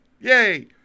yay